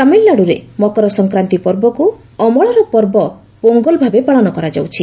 ତାମିଲନାଡୁରେ ମକର ସଂକ୍ରାନ୍ତି ପର୍ବକୁ ଅମଳର ପର୍ବ ପୋଙ୍ଗଲ ଭାବେ ପାଳନ କରାଯାଉଛି